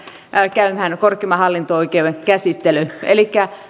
käymään korkeimman hallinto oikeuden käsittely elikkä